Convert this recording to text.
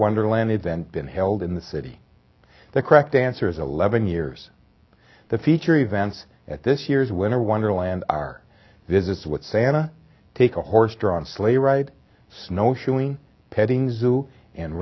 wonderland event been held in the city the correct answer is eleven years the feature events at this year's winter wonderland are visits with santa take a horse drawn sleigh ride snowshoeing petting zoo and